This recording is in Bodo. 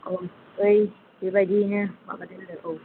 बै बिबायदियैनो माबादो औ